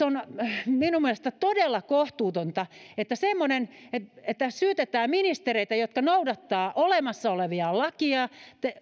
on mielestäni todella kohtuutonta semmoinen että että syytetään ministereitä jotka noudattavat olemassa olevia lakeja